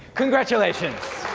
congratulations.